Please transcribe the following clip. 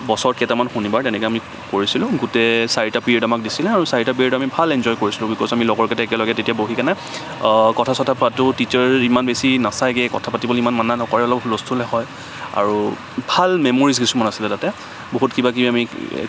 বছৰত কেইটামান শনিবাৰ তেনেকে আমি কৰিছিলো গোটেই চাৰিটা পিৰিয়দ আমাক দিছিলে আৰু চাৰিটা পিৰিয়দ আমি ভাল এনজয় কৰিছিলো বিকজ আমি লগৰকেইটা একেলগে বহিকেনে কথা চথা পাতো টিছাৰছ ইমান বেছি নাচায়গে কথা পাতিবলে ইমান মানা নকৰে অলপ হুলস্থুল হয় আৰু ভাল মেমৰিজ কিছুমান আছিলে তাতে বহুত কিবা কিবি আমি